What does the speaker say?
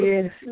Yes